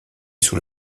sous